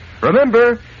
Remember